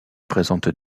présente